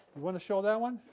want to show that one?